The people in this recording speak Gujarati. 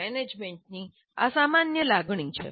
મેનેજમેન્ટની આ સામાન્ય લાગણી છે